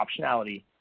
optionality